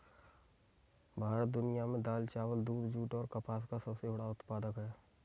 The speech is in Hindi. भारत दुनिया में दाल, चावल, दूध, जूट और कपास का सबसे बड़ा उत्पादक है